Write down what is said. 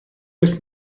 oes